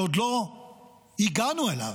שעוד לא הגענו אליו,